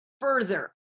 further